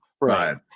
Right